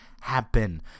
happen